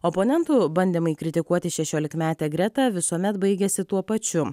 oponentų bandymai kritikuoti šešiolikmetę gretą visuomet baigiasi tuo pačiu